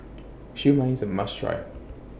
Siew Mai IS A must Try